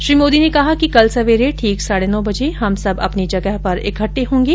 श्री मोदी ने कहा कि कल सवेरे ठीक साढ़े नौ बजे हम सब अपनी जगह पर इक्हे होंगे